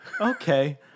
Okay